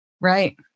Right